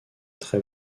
très